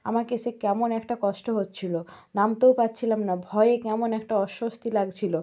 আমাকে সে কেমন একটা কষ্ট হচ্ছিল নামতেও পারছিলাম না ভয়ে কেমন একটা অস্বস্তি লাগছিল